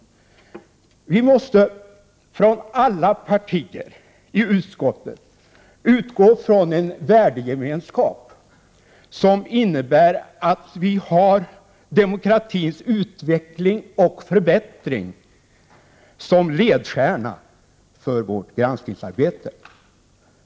Vi måste från alla partier i utskottet utgå från en värdegemenskap, som innebär att vi har demokratins utveckling och förbättring som ledstjärna för vårt granskningsarbete.